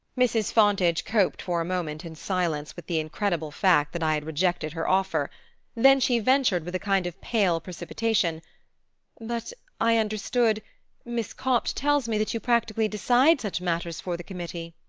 mrs. fontage coped for a moment in silence with the incredible fact that i had rejected her offer then she ventured, with a kind of pale precipitation but i understood miss copt tells me that you practically decide such matters for the committee.